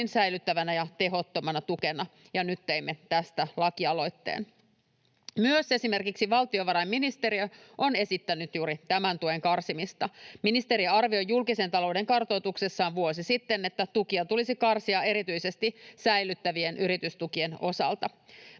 säilyttävänä ja tehottomana tukena, ja nyt teimme tästä lakialoitteen. Myös esimerkiksi valtiovarainministeriö on esittänyt juuri tämän tuen karsimista. Ministeriö arvioi julkisen talouden kartoituksessaan vuosi sitten, että tukia tulisi karsia erityisesti säilyttävien yritystukien osalta.